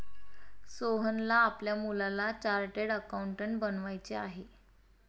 सोहनला आपल्या मुलाला चार्टर्ड अकाउंटंट बनवायचे आहे